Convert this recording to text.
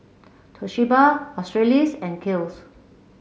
Toshiba Australis and Kiehl's